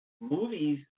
movies